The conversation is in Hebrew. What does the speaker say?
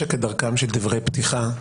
שכדרכם של דברי פתיחה,